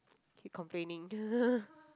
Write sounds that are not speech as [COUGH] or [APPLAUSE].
keep complaining [LAUGHS]